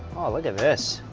look at this.